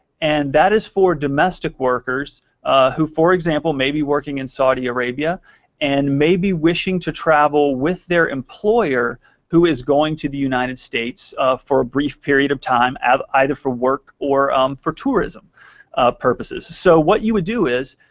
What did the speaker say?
and that is for domestic workers who, for example, may be working in saudi arabia and may be wishing to travel with their employer who is going to the united states for a brief period of time either for work or for tourism purposes. so what you would do is,